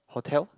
hotel